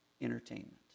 entertainment